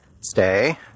Stay